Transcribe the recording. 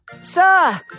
Sir